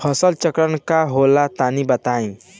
फसल चक्रण का होला तनि बताई?